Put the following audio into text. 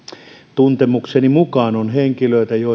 tuntemukseni mukaan on henkilöitä